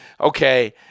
okay